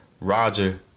Roger